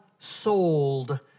sold